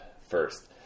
first